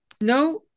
no